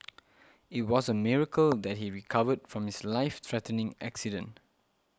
it was a miracle that he recovered from his life threatening accident